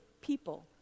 people